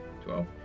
Twelve